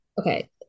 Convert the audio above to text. okay